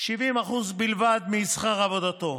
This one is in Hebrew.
70% בלבד משכר עבודתו.